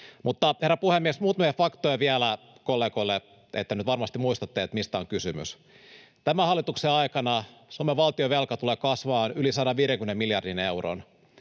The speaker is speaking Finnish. Herra puhemies! Muutamia faktoja vielä kollegoille, että nyt varmasti muistatte, mistä on kysymys. Tämän hallituksen aikana Suomen valtionvelka tulee kasvamaan yli 150 miljardin euron,